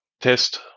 test